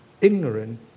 ignorant